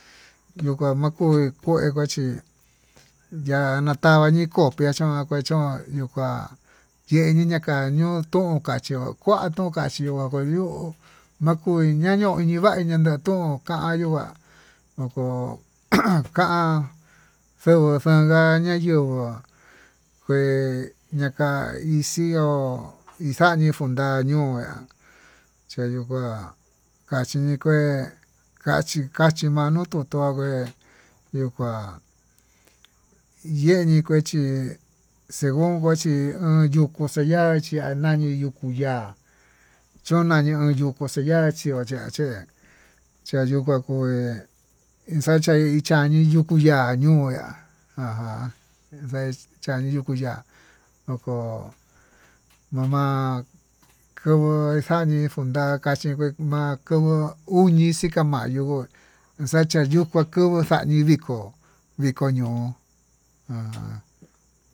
Yuu kua makui kué kachí ya'a natavi nii copia kué kachón, ña'a nuu kuá yeni na kuua chónka nukuatu achiu akulió makui nivaña naku kanyuu nguá, noko kán ujun xanuu xanda nayenguó kue naka ixió ixañi cuenta ñuá chañio kuá kachín kué kachi kachí ma'a ndu ndun ngué, yuu kuá yenii kuechí segun kuachí nuu tukuu xeya'a achí anaí yukuu ñii yukuu ya'á chona yuu yuku xayá chió kochia ché chayió kuá kueí ixacha ichani yukuu, ya'á ñuyá ajan vex ya'a yukuu ya'á noko yama'a koni xa'á nii funda kachí ngué ma'a komo uñi xika mayó uchaxa yukua kubuu xañii viko viko ño'o ján.